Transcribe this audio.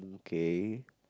okay